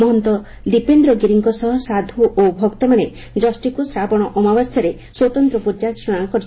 ମହନ୍ତ ଦୀପେନ୍ଦ୍ର ଗିରିଙ୍କ ସହ ସାଧୁ ଏବଂ ଭକ୍ତମାନେ ଯଷ୍ଟିକ୍ ଶ୍ରାବଣ ଆମାବ୍ୟାସରେ ସ୍ୱତନ୍ତ୍ର ପୂଜାର୍ଚ୍ଚନା ପାଇଁ କରିଛନ୍ତି